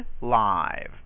live